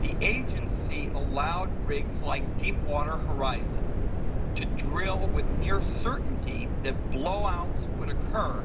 the agency allowed rigs like deepwater horizon to drill with near-certainty that blow-outs would occur